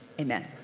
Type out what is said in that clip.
amen